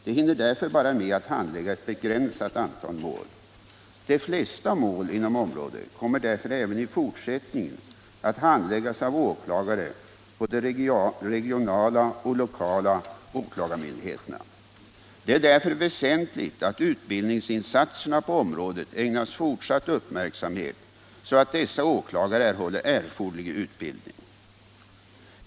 De hinner därför bara med att handlägga ett begränsat antal mål. De flesta mål inom området kommer därför även i fortsättningen att handläggas av åklagare på de regionala och lokala åklagarmyndigheterna. Det är därför väsentligt att utbildningsinsatserna på området ägnas fortsatt uppmärksamhet så att dessa åklagare erhåller erforderlig utbildning.